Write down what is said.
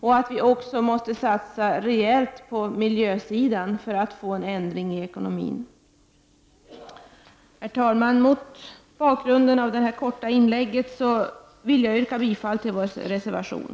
Vi måste också satsa rejält på miljösidan, för att få en ändring i ekonomin. Herr talman! Mot bakgrund av detta korta inlägg vill jag yrka bifall till vår reservation.